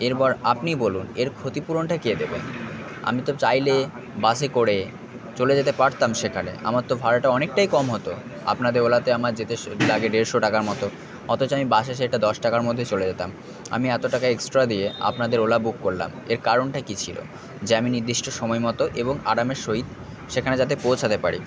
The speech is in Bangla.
এরপর আপনি বলুন এর ক্ষতিপূরণটা কে দেবে আমি তো চাইলে বাসে করে চলে যেতে পারতাম সেখানে আমার তো ভাড়াটা অনেকটাই কম হতো আপনাদের ওলাতে আমার যেতে লাগে দেড়শো টাকার মতো অথচ আমি বাসে সেটা দশ টাকার মধ্যে চলে যেতাম আমি এত টাকা এক্সট্রা দিয়ে আপনাদের ওলা বুক করলাম এর কারণটা কী ছিল যে আমি নির্দিষ্ট সময়মতো এবং আরামের সহিত সেখানে যাতে পৌঁছতে পারি